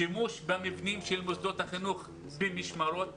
שימוש במבנים של מוסדות החינוך במשמרות.